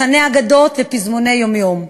לחני אגדות ופזמוני יום-יום.